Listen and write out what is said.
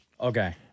Okay